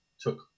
took